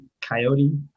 coyote